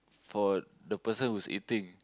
for the person who's eating